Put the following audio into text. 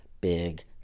big